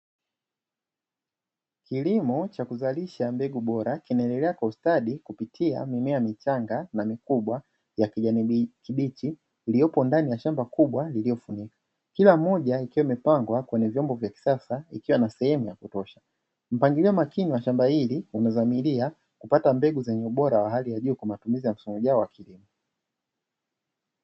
Kilimo cha kuzalisha mbegu bora kinaendelea kwa ustadi kupitia mimea michanga na mikubwa ya kijani kibichi iliyoko ndani ya shamba kubwa lililofunikwa, kila moja ikiwa imepangwa kwenye vyombo vya kisasa ikiwa na sehemu ya kutosha, mpangilio makini wa shamba hili umedhamiria kupata mbegu zenye ubora wa hali ya juu kwa matumizi ya msimu ujao wa kilimo.